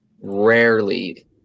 rarely